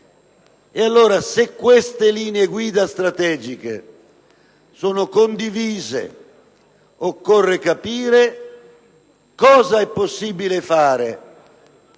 Lega. Se queste linee guida strategiche sono condivise, occorre capire cosa è possibile ed